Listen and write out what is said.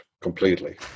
completely